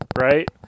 right